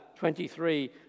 23